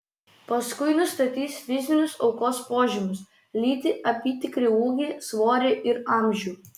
paskui nustatys fizinius aukos požymius lytį apytikrį ūgį svorį ir amžių